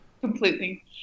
Completely